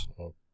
Okay